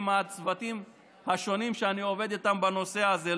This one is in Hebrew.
עם הצוותים השונים שאני עובד איתם בנושא הזה,